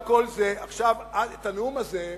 את הנאום הזה,